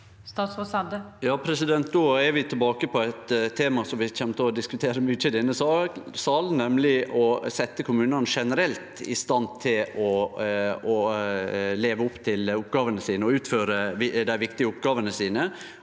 Då er vi tilbake på eit tema som vi kjem til å diskutere mykje i denne sal, nemleg å setje kommunane generelt i stand til å leve opp til oppgåvene sine og utføre dei viktige oppgåvene sine.